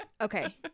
okay